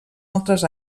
altres